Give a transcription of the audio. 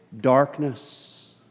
darkness